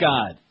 God